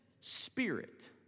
spirit